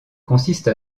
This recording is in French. consiste